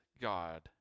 God